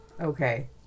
Okay